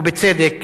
ובצדק,